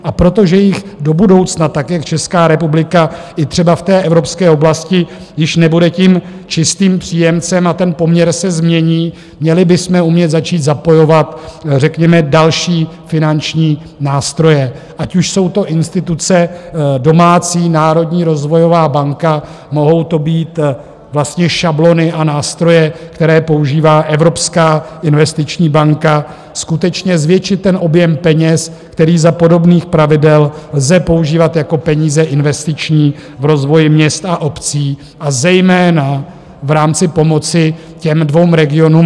A protože jich do budoucna, tak jak Česká republika i třeba v evropské oblasti již nebude čistým příjemcem a poměr se změní, měli bychom umět začít zapojovat řekněme další finanční nástroje, ať už jsou to instituce domácí, národní, rozvojová banka, mohou to být vlastně šablony a nástroje, které používá Evropská investiční banka, skutečně zvětšit ten objem peněz, který za podobných pravidel lze používat jako peníze investiční v rozvoji měst a obcí a zejména v rámci pomoci těm dvěma regionům.